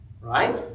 right